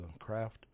craft